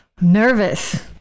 Nervous